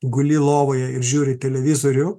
guli lovoje ir žiūri televizorių